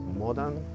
modern